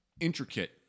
intricate